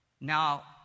Now